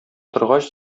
торгач